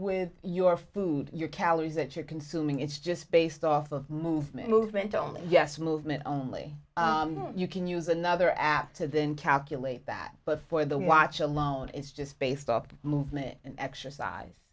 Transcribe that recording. with your food your calories that you're consuming it's just based off of movement movement only yes movement only you can use another app to then calculate that but for the watch alone is just based off movement and exercise